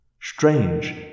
Strange